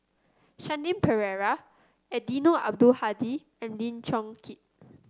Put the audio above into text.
Shanti Pereira Eddino Abdul Hadi and Lim Chong Keat